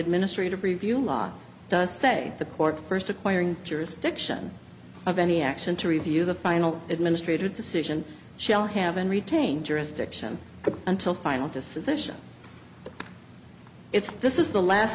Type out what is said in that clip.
administrative review law does say the court first acquiring jurisdiction of any action to review the final administrative decision shall have and retain jurisdiction until final disposition it's this is the last